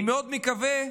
אני מאוד מקווה,